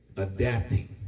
Adapting